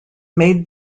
made